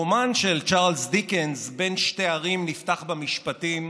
הרומן של צ'רלס דיקנס "בין שתי ערים" נפתח במשפטים: